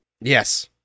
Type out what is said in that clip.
Yes